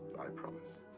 i promise.